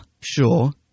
sure